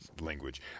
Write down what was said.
language